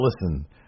listen